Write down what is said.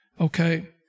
okay